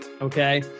okay